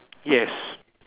yes